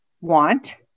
want